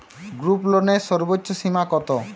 গ্রুপলোনের সর্বোচ্চ সীমা কত?